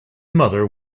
mother